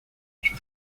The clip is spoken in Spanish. sus